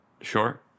sure